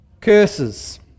curses